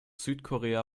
südkorea